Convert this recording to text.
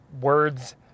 words